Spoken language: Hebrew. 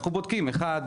אנחנו בודקים 1,